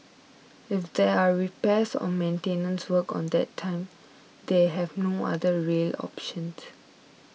if there are repairs or maintenance work on that time they have no other rail options